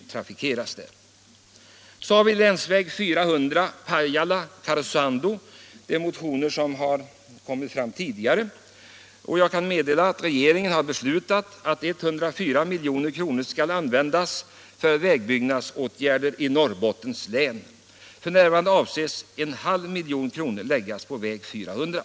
Beträffande länsväg 400 Pajala-Karesuando har motioner även tidigare väckts. Jag kan meddela att regeringen har beslutat att 104 milj.kr. skall användas för vägbyggnadsåtgärder i Norrbottens län. F.n. avses 0,5 milj.kr. läggas på väg 400.